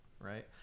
right